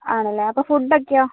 ആണല്ലേ അപ്പം ഫുഡ് ഒക്കെയോ